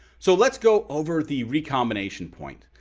so let's go over the recombination point.